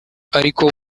arko